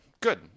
Good